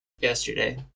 Yesterday